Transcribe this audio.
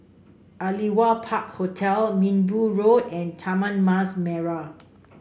Aliwal Park Hotel Minbu Road and Taman Mas Merah